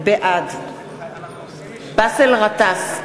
בעד באסל גטאס,